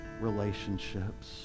relationships